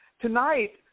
Tonight